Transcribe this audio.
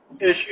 issue